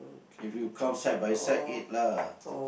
if you count side by side eight lah